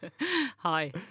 Hi